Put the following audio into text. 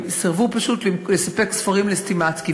הם סירבו פשוט לספק ספרים ל"סטימצקי",